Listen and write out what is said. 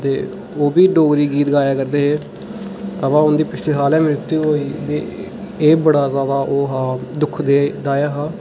ते ओह्बी डोगरी गीत गाऽ करदे ऐ अबा उं'दी पिछले साल गै मृतु होई ते एह् बड़ा ज्यादा दुखदाई हा